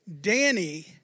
Danny